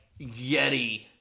Yeti